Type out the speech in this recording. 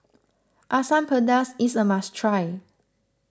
Asam Pedas is a must try